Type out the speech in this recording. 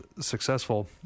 successful